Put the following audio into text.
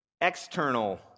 external